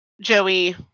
Joey